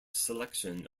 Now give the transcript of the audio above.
selection